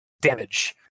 damage